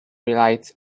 relies